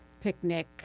picnic